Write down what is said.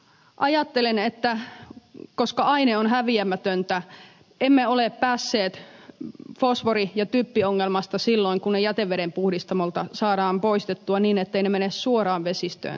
eli ajattelen että koska aine on häviämätöntä emme ole päässeet fosfori ja typpiongelmasta silloin kun ne jätevedenpuhdistamolta saadaan poistettua niin etteivät ne mene suoraan vesistöön